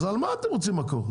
אז על מה אתם רוצים מקור?